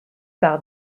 par